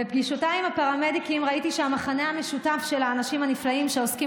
בפגישותיי עם הפרמדיקים ראיתי שהמכנה המשותף של האנשים הנפלאים שעוסקים